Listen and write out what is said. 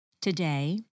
Today